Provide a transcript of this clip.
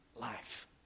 life